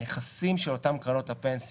הנכסים של אותן קרנות פנסיה,